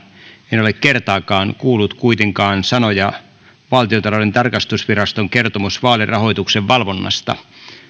en ole kertaakaan kuullut kuitenkaan sanoja valtiontalouden tarkastusviraston kertomus vaalirahoituksen valvonnasta